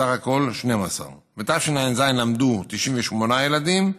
בסך הכול 12. בתשע"ז למדו 98 ילדים,